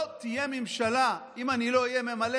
לא תהיה ממשלה אם אני לא אהיה ממלא